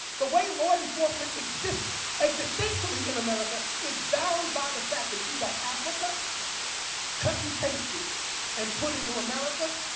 the way law enforcement existentially existentially in america is bound by the fact that you got africa cut and pasted and put into america.